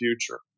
future